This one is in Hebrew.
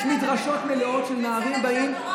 יש מדרשות מלאות שנערים באים אליהם,